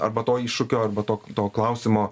arba to iššūkio arba to to klausimo